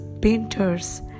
painters